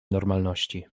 normalności